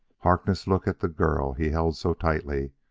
harkness looked at the girl he held so tightly,